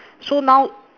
so now